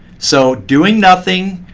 so doing nothing,